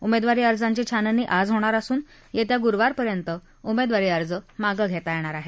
उमेदवारी अर्जांची छाननी आज होणार असून येत्या गुरुवारपर्यंत उमेदवारी अर्ज मागं घेता येईल